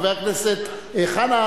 חבר הכנסת חנא,